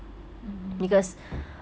mmhmm